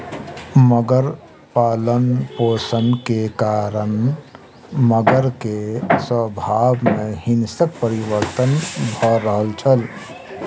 मगर पालनपोषण के कारण मगर के स्वभाव में हिंसक परिवर्तन भ रहल छल